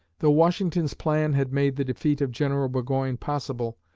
though washington's plan had made the defeat of general burgoyne possible,